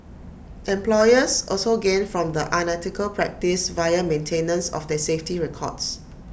employers also gain from the unethical practice via maintenance of their safety records